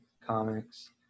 comics